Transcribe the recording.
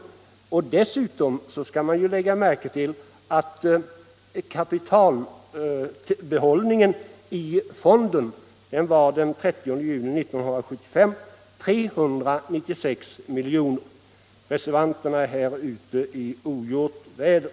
Dessutom skall man lägga märke till att kapitalbehållningen i fonden den 30 juni 1975 var 396 miljoner. Reservanterna är här ute i ogjort väder.